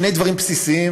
שני דברים בסיסיים,